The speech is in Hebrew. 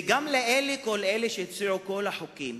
וגם לאלה, כל אלה שהציעו את כל החוקים,